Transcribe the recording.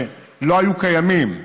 שלא היו קיימים,